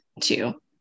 two